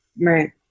right